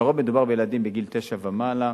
לרוב מדובר בילדים בגיל תשע ומעלה,